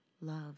love